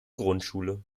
grundschule